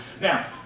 now